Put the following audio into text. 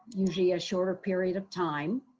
usually a shorter period of time.